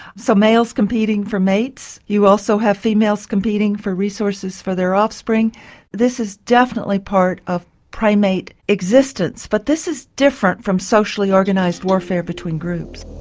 so males competing for mates you also have females competing for resources for their offspring this is definitely part of primate existence. but this is different from socially organised warfare between groups.